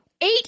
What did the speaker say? Eight